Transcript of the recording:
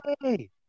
hey